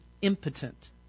impotent